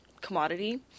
commodity